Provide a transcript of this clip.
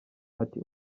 ati